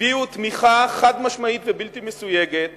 הביעו תמיכה חד-משמעית ובלתי מסויגת